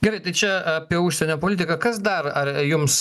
gerai tai čia apie užsienio politiką kas dar ar jums